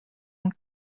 own